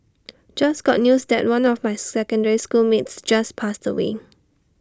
just got news that one of my secondary school mates just passed away